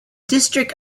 district